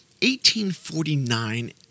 1849